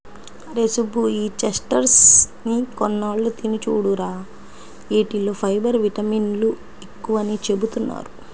అరేయ్ సుబ్బు, ఈ చెస్ట్నట్స్ ని కొన్నాళ్ళు తిని చూడురా, యీటిల్లో ఫైబర్, విటమిన్లు ఎక్కువని చెబుతున్నారు